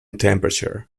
temperature